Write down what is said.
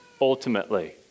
Ultimately